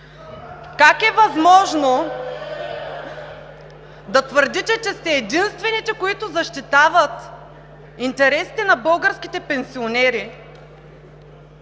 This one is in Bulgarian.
Как е възможно да твърдите, че сте единствените, които защитават интересите на българските пенсионери?!